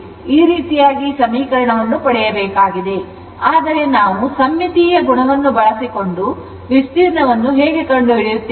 ಈ ರೀತಿಯಾಗಿ ಸಮೀಕರಣವನ್ನು ಪಡೆಯಬೇಕಾಗಿದೆ ಆದರೆ ನಾವು ಸಮ್ಮಿತೀಯ ಗುಣವನ್ನು ಬಳಸಿಕೊಂಡು ವಿಸ್ತೀರ್ಣವನ್ನು ಹೇಗೆ ಕಂಡುಹಿಡಿಯುತ್ತೇವೆ